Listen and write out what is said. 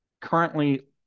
currently